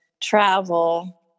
travel